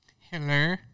Hello